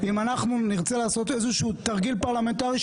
אם אנחנו נרצה לעשות איזשהו תרגיל פרלמנטרי,